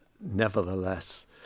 nevertheless